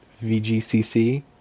VGCC